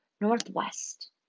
Northwest